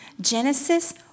Genesis